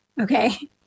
okay